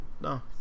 No